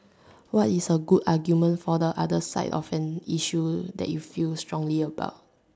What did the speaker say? what is a good argument for the other side of an issue that you feel strongly about